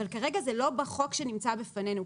אבל כרגע זה לא בחוק שנמצא בפנינו.